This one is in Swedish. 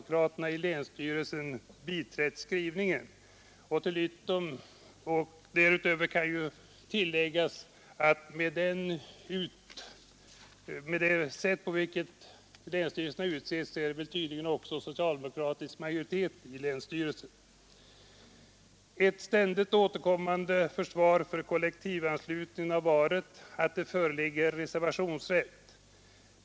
Därutöver kan ju änsstyrelserna utses väl också är socialdemokraterna i lä tilläggas att det med det sätt på vilket 1 socialdemokratisk majoritet i länsstyrelsen i fråga. Ett ständigt återkommande försvar för kollektivanslutningen har varit att det föreligger reservationsrätt.